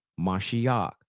Mashiach